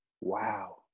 Wow